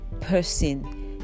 person